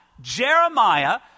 Jeremiah